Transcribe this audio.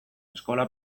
eskola